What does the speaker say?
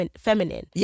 feminine